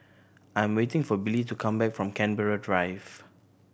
I'm waiting for Billy to come back from Canberra Drive